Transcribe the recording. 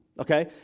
okay